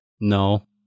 No